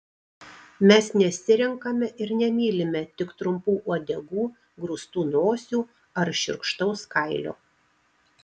mes nesirenkame ir nemylime tik trumpų uodegų grūstų nosių ar šiurkštaus kailio